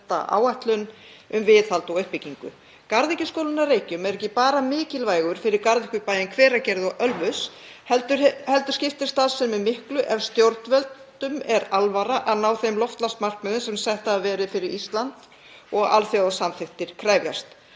áætlun um viðhald og uppbyggingu. Garðyrkjuskólinn á Reykjum er ekki bara mikilvægur fyrir garðyrkjubæinn Hveragerði og Ölfus heldur skiptir starfsemin miklu ef stjórnvöldum er alvara að ná þeim loftslagsmarkmiðum sem sett hafa verið fyrir Ísland og alþjóðasamþykktir krefjast.